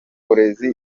burezi